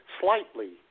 slightly